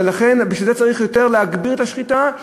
ובשביל זה צריך להגביר יותר את השחיטה,